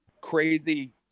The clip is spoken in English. crazy